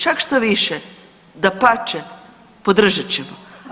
Čak štoviše, dapače podržat ćemo.